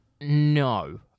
No